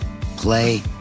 play